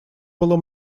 было